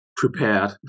Prepared